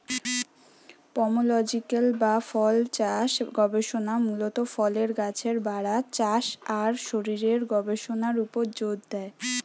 pomological বা ফলচাষ গবেষণা মূলত ফলের গাছের বাড়া, চাষ আর শরীরের গবেষণার উপর জোর দেয়